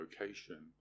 location